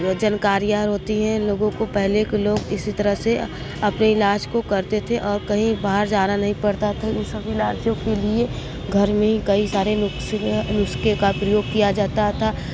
जानकारियाँ होती है लोगों को पहले के लोग इसी तरह से अपने इलाज को करते थे और कहीं बाहर जाना नहीं पड़ता था इन सब इलाजों के लिए घर में कई सारे नुक्से हैं नुस्खे का प्रयोग किया जाता था